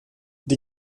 die